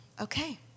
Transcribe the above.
okay